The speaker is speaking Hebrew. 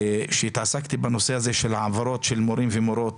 שהתעסקתי בנושא הזה של העברות של מורים ומורות